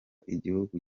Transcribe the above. igihugu